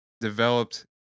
developed